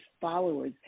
followers